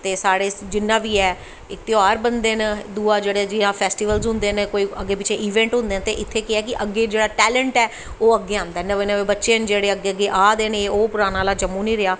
ते साढ़े जिन्ना बी ऐ ध्यार बनदे न दूआ जियां फैस्टिवल होंदे नै अग्गैं पिच्छें इवैंट होंदे न ते इत्थें केह् ऐ कि टैलेंट ऐ ओह् अग्गैं आंदा ऐ नमें नमें बच्चे न जेह्ड़े नमें नमें आ दे न ओह् पराना जम्मू नी रेहा